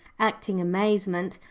acting amazement.